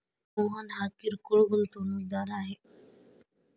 मोहन हा किरकोळ गुंतवणूकदार आहे